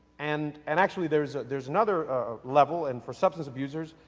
and and, actually there is there is another level and for substance abuser,